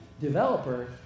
developer